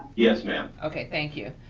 yes, ma'am. okay, thank you.